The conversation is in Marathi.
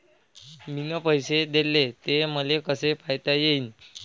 मिन पैसे देले, ते मले कसे पायता येईन?